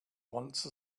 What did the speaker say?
once